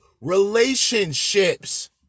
relationships